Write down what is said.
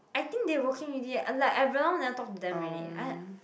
I think they working already I like I very long never talk to them already I